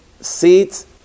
seats